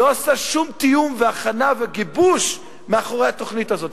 לא עשה שום תיאום והכנה וגיבוש מאחורי התוכנית הזאת.